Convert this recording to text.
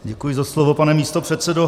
Děkuji za slovo, pane místopředsedo.